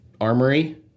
armory